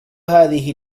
هذه